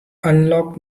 unlock